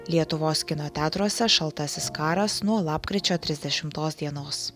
lietuvos kino teatruose šaltasis karas nuo lapkričio trisdešimtos dienos